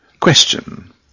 question